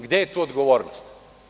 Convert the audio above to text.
Gde je tu odgovornost?